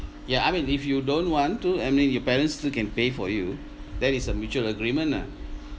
ya I mean if you don't want to I mean your parents still can pay for you that is a mutual agreement ah